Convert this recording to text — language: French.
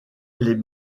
les